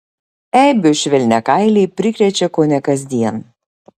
eibių švelniakailiai prikrečia kone kasdien